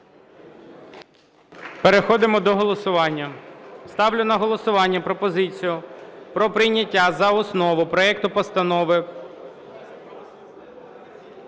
Переходимо до голосування. Ставлю на голосування пропозицію про прийняття за основу проекту Постанови